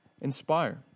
inspire